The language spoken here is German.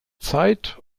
zeit